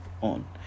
on